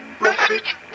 Message